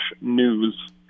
news